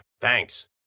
thanks